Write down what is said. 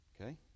Okay